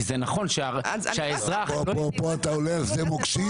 כי זה נכון שהאזרח הרבה יותר --- פה אתה עולה על שדה מוקשים,